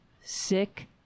sick